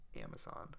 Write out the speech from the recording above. Amazon